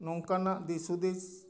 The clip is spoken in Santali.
ᱱᱚᱝᱠᱟᱱᱟᱜ ᱫᱤᱥ ᱦᱩᱫᱤᱥ